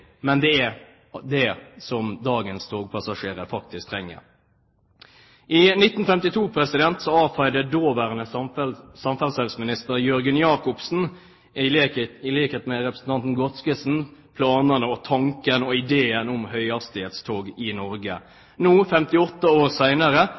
men det er det som dagens togpassasjerer faktisk trenger. I 1952 avfeide daværende samferdselsminister, Jakob Pettersen, i likhet med representanten Godskesen, planene, tanken og ideen om høyhastighetstog i